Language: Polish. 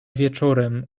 wieczorem